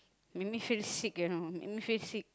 make me feel sick you know make me feel sick